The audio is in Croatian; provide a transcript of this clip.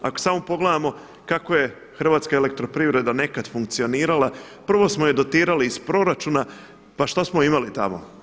Ako samo pogledamo kako je Hrvatska elektroprivreda nekada funkcionirala, prvo smo je dotirali iz proračuna pa šta smo imali tamo?